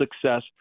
success